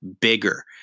bigger